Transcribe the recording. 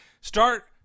start